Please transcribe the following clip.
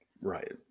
Right